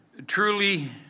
Truly